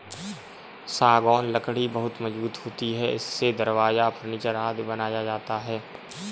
सागौन लकड़ी बहुत मजबूत होती है इससे दरवाजा, फर्नीचर आदि बनाया जाता है